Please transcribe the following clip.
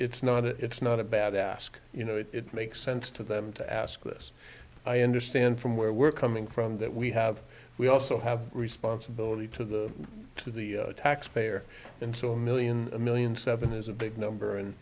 it's not it's not a bad ask you know if it makes sense to them to ask this i understand from where we're coming from that we have we also have responsibility to the to the taxpayer and so a million a million seven is a big number and